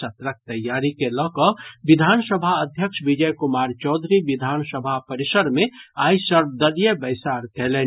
सत्रक तैयारी के लऽकऽ विधानसभा अध्यक्ष विजय कुमार चौधरी विधानसभा परिसर मे आइ सर्वदलीय बैसार कयलनि